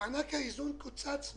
מענק האיזון קוצץ,